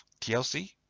TLC